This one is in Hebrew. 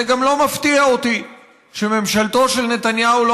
זה גם לא מפתיע אותי שממשלתו של נתניהו לא